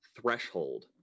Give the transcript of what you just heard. threshold